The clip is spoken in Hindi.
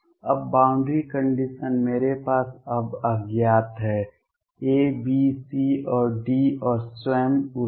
अब बॉउंड्री कंडीशन मेरे पास अब अज्ञात है A B C और D और स्वयं ऊर्जा